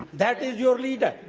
that is your leader.